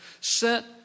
sent